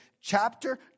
chapter